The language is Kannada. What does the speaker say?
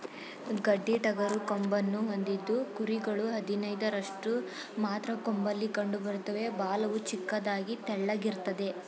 ಗಡ್ಡಿಟಗರು ಕೊಂಬನ್ನು ಹೊಂದಿದ್ದು ಕುರಿಗಳು ಹದಿನೈದರಷ್ಟು ಮಾತ್ರ ಕೊಂಬಲ್ಲಿ ಕಂಡುಬರ್ತವೆ ಬಾಲವು ಚಿಕ್ಕದಾಗಿ ತೆಳ್ಳಗಿರ್ತದೆ